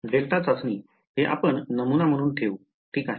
delta चाचणी हे आपण नमुना म्हणून ठेवू ठीक आहे